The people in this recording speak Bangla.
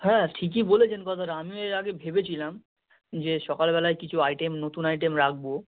হ্যাঁ ঠিকই বলেছেন কথাটা আমিও এর আগে ভেবেছিলাম যে সকালবেলায় কিছু আইটেম নতুন আইটেম রাখব